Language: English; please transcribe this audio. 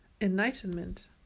enlightenment